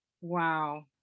Wow